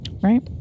right